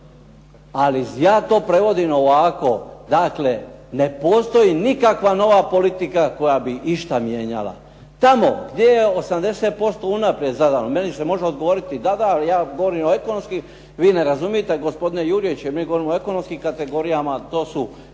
Ali ja to prevodim ovako. Dakle, ne postoji nikakva nova politika koja bi išta mijenjala. Tamo gdje je 80% unaprijed zadano. Meni se može odgovoriti da ja govorim ekonomski, vi ne razumijete gospodine Jurjević jer mi govorimo o ekonomskim kategorijama, to su